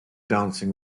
dancing